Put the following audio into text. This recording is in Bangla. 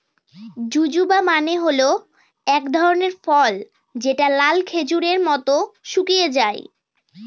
জুজুবা মানে হল এক ধরনের ফল যেটা লাল খেজুরের মত শুকিয়ে যায়